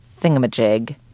thingamajig